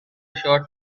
short